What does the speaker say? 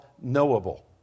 knowable